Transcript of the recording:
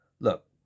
Look